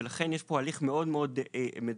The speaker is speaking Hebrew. ולכן יש פה הליך מאוד-מאוד מדוקדק.